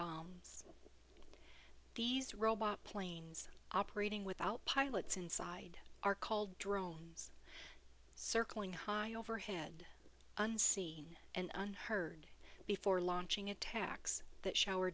bombs these robot planes operating without pilots inside are called drones circling high overhead and see and heard before launching attacks that show